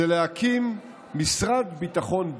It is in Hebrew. זה להקים משרד ביטחון ב',